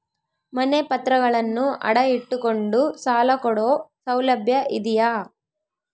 ಮನೆ ಪತ್ರಗಳನ್ನು ಅಡ ಇಟ್ಟು ಕೊಂಡು ಸಾಲ ಕೊಡೋ ಸೌಲಭ್ಯ ಇದಿಯಾ?